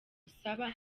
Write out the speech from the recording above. usaba